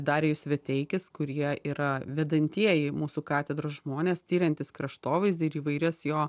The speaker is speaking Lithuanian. darijus veteikis kurie yra vedantieji mūsų katedros žmonės tiriantys kraštovaizdį ir įvairias jo